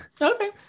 okay